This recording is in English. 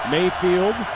Mayfield